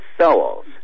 souls